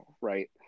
right